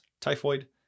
Typhoid